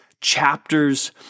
chapters